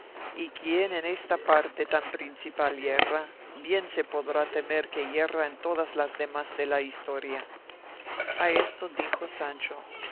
y quien en esta parte tan principal yerra bien se podrá temer que yerra en todas las demás de la historia a esto dijo sancho